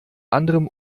anderem